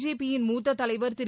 JP யின் மூத்த தலைவர் திரு